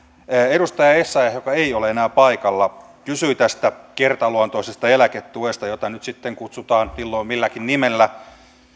edustaja essayah joka ei ole enää paikalla kysyi tästä kertaluontoisesta eläketuesta jota nyt sitten kutsutaan milloin milläkin nimellä